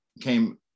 came